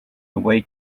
away